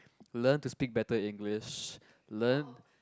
learn to speak better English learn